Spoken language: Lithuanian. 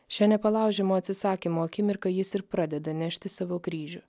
šią nepalaužiamo atsisakymo akimirką jis ir pradeda nešti savo kryžių